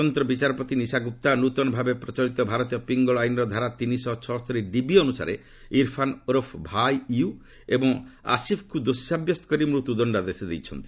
ସ୍ୱତନ୍ତ୍ର ବିଚାରପତି ନିଶା ଗୁପ୍ତା ନୂତନ ଭାବେ ପ୍ରଚଳିତ ଭାରତୀୟ ପିଙ୍ଗଳ ଆଇନ୍ର ଧାରା ତିନିଶହ ଛଅସ୍ତରୀ ଡିବି ଅନୁସାରେ ଇରଫାନ୍ ଓରଫ୍ ଭାଇୟୁ ଏବଂ ଆସିଫ୍କୁ ଦୋଷୀ ସାବ୍ୟସ୍ତ କରି ମୃତ୍ୟୁ ଦଶ୍ଡାଦେଶ ଦେଇଚନ୍ତି